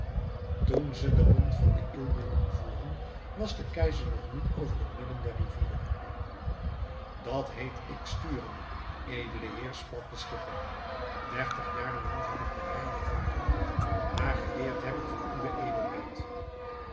toen ze den mond van de ill binnenvoeren was de keizer nog niet over het midden der rivier dat heet ik sturen edele heer sprak de schipper dertig jaar lang heb ik den rijn bevaren maar geleerd heb ik van uwe edelheid